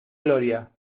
gloria